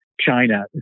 China